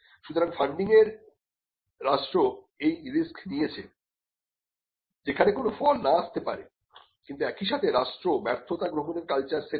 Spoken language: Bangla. সুতরাং ফান্ডিংয়ের রাষ্ট্র এই রিস্ক নিয়েছে যেখানে কোনো ফল না আসতে পারে কিন্তু একই সাথে রাষ্ট্র ব্যর্থতা গ্রহণের কালচার সেট করে